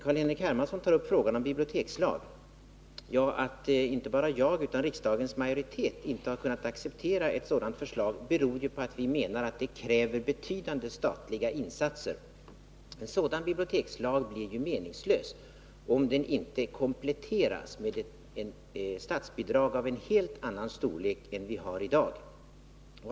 Carl-Henrik Hermansson tar upp frågan om bibliotekslag. Att varken jag eller riksdagsmajoriteten har kunnat acceptera ett sådant förslag beror på att vi menar att det kräver betydande statliga insatser. En sådan bibliotekslag blir ju meningslös om den inte kompletteras med statsbidrag av en helt annan storlek än vi har i dag.